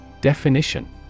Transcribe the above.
Definition